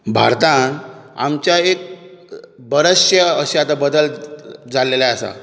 भारतांत आमच्या एक बरेचशे अशे आतां बदल जाल्ले आसात